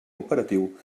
operatiu